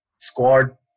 squad